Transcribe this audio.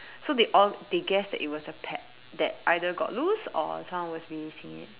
so they all they guess that it was a pet that either got loose or someone was releasing it